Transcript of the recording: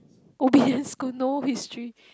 obedient school no history